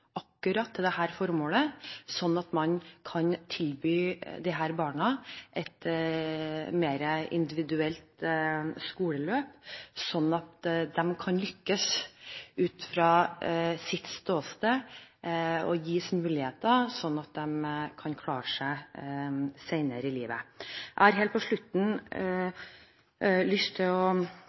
akkurat til dette formålet. På den måten kan man tilby disse barna et mer individuelt skoleløp sånn at de kan lykkes ut fra sitt ståsted og gis muligheter til å klare seg senere i livet. Jeg har helt på slutten lyst til å